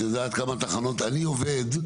את יודעת כמה תחנות אני עובד?